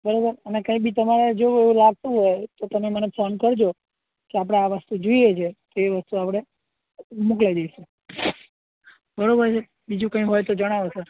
બરાબર અને કંઇ બી તમારા જેવું એવું લાગતું હોય તો તમે મને ફોન કરજો કે આપણે આ વસ્તુ જોઈએ છે તો એ વસ્તુ આપણે મોકલાવી દઇશું બરાબર છે બીજું કંઇ હોય તો જણાવો સર